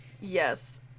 yes